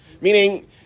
Meaning